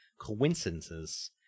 coincidences